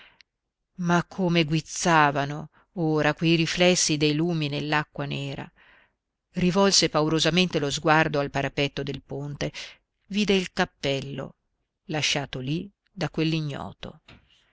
ma come guizzavano ora quei riflessi dei lumi nell'acqua nera rivolse paurosamente lo sguardo al parapetto del ponte vide il cappello lasciato lì da quell'ignoto il